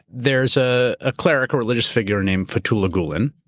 there's ah a clerical religious figure named fethullah gulen.